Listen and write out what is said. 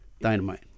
dynamite